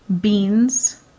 beans